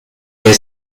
der